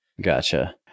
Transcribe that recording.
Gotcha